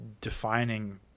defining